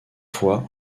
fois